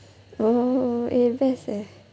oh eh best eh